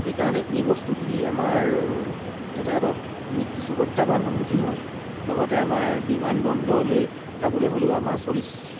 সেই কাৰণে এই বস্তুখিনি আমাৰ যাতায়াতত আমি কিছু প্ৰত্যাহ্বান সন্মুখীন হওঁ লগতে আমাৰ বিমানবন্দৰলৈ যাবলৈ হ'লেও আমাৰ চল্লিছ